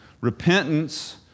Repentance